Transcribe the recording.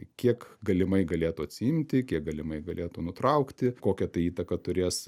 kiek galimai galėtų atsiimti kiek galimai galėtų nutraukti kokią tai įtaką turės